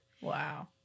Wow